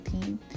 team